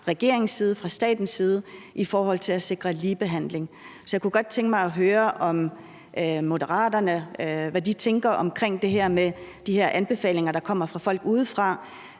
regeringens side, fra statens side i forhold til at sikre ligebehandling. Så jeg kunne godt tænke mig at høre, hvad Moderaterne tænker om de her anbefalinger, der kommer fra folk udefra